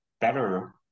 better